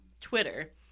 Twitter